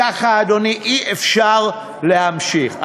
ככה, אדוני, אי-אפשר להמשיך.